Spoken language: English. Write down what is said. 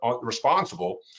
responsible